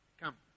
Come